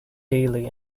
daily